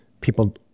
people